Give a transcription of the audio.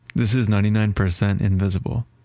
this is ninety nine percent invisible.